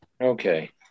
Okay